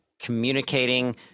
communicating